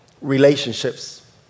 relationships